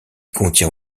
contient